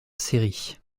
série